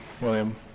William